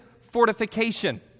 fortification